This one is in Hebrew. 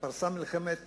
פרצה מלחמת